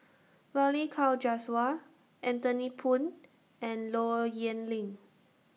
Balli Kaur Jaswal Anthony Poon and Low Yen Ling